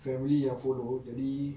family yang follow jadi